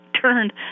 turned